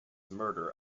murder